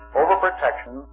overprotection